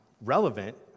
relevant